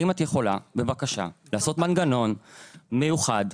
האם את יכולה בבקשה לעשות מנגנון מיוחד,